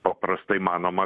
paprastai manoma